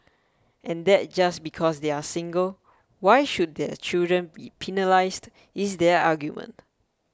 and that just because they are single why should their children be penalised is their argument